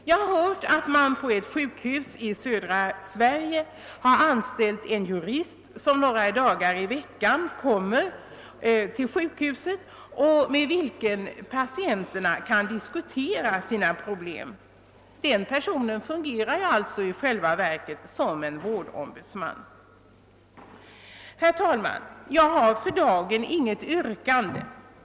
Jag har hört att man på ett sjukhus i södra Sverige har anställt en jurist, som några dagar i veckan kommer till sjukhuset och med vilken patienterna kan diskutera sina problem. Den personen fungerar alltså i själva verket som en vårdombudsman. Herr talman! Jag har för dagen inget yrkande.